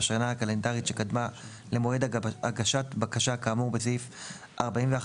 בשנה הקלנדרית שקדמה למועד הגשת בקשה כאמור בסעיף 41(ג)(1),